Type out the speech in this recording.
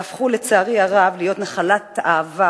יהפכו לצערי הרב להיות נחלת העבר